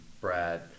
Brad